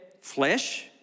flesh